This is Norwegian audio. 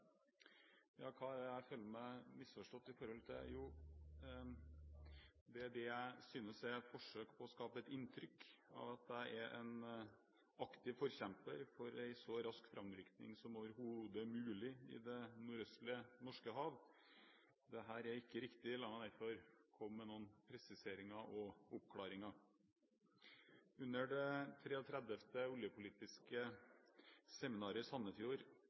Hva er det jeg føler meg misforstått på? Jo, det er det jeg synes er forsøk på å skape et inntrykk av at jeg er en aktiv forkjemper for en så rask framrykking som overhodet mulig i det nordøstlige Norskehavet. Dette er ikke riktig. La meg derfor komme med noen presiseringer og oppklaringer. Under det 33. oljeindustripolitiske seminar i